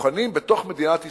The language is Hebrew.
כשבוחנים בתוך מדינת ישראל,